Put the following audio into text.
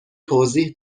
توضیح